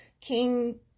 King